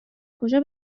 کجا